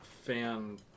fan